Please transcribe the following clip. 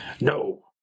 No